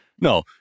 no